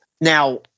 now